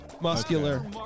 Muscular